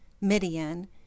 Midian